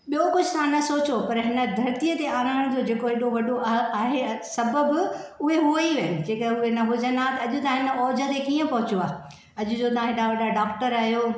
ॿियो कुझु तव्हां न सोचो पर हिन धरतीअ ते आणणु जो जेको हेॾो वॾो आहे सबबु उहे हुअई आहिनि जेकर उहे न हुॼनि हा त अॼु तव्हां हिन ओज ते कीअं पहुचो हा अॼु जो तव्हां हेॾा वॾा डॉक्टर आहियो